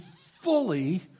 fully